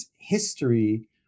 history